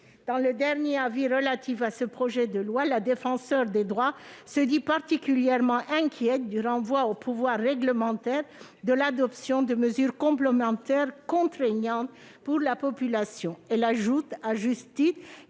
Dans le dernier avis relatif à ce projet de loi, la Défenseure des droits se dit particulièrement inquiète du renvoi au pouvoir réglementaire pour l'adoption de mesures complémentaires contraignantes pour la population. Elle ajoute, à juste